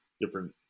different